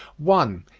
one.